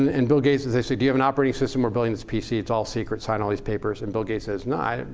and bill gates they say, do you have an operating system? we're building this pc. it's all secret. sign all these papers. and bill gates says, no,